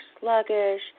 sluggish